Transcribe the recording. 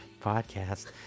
podcast